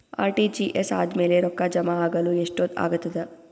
RTGS ಆದ್ಮೇಲೆ ರೊಕ್ಕ ಜಮಾ ಆಗಲು ಎಷ್ಟೊತ್ ಆಗತದ?